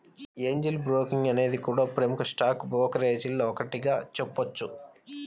Angel Broking అనేది కూడా ప్రముఖ స్టాక్ బ్రోకరేజీల్లో ఒకటిగా చెప్పొచ్చు